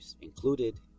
included